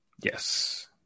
Yes